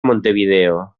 montevideo